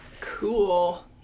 cool